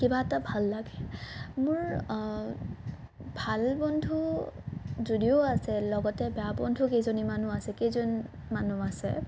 কিবা এটা ভাল লাগে মোৰ ভাল বন্ধু যদিও আছে লগতে বেয়া বন্ধু কেইজনীমানো আছে কেইজনমানো আছে